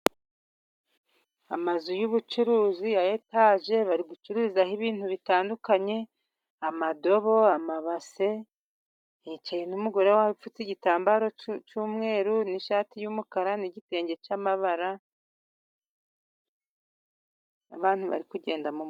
Amazu y'ubucuruzi ya etaje, bari gucururizaho ibintu bitandukanye: outamadobo, amabase, umugore ufite igitambaro cy'umweru n'ishati y'umukara n'igitenge cy'amabara, abantu bari kugenda muhanda.